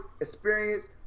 experience